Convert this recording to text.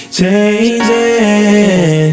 changing